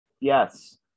Yes